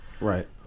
Right